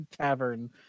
tavern